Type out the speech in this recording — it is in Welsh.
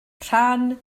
rhan